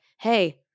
hey